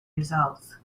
results